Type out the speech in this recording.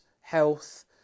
health